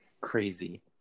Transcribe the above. crazy